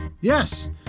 Yes